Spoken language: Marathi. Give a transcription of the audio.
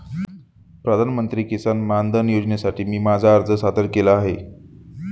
प्रधानमंत्री किसान मानधन योजनेसाठी मी माझा अर्ज सादर केला आहे